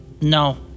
no